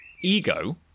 Ego